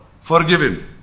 forgiven